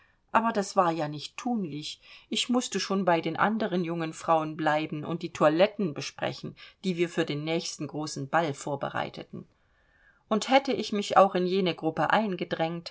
aber das war nicht thunlich ich mußte schon bei den anderen jungen frauen bleiben und die toiletten besprechen die wir für den nächsten großen ball vorbereiteten und hätte ich mich auch in jene gruppe eingedrängt